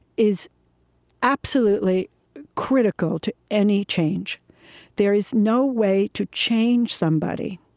is absolutely critical to any change there is no way to change somebody.